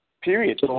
Period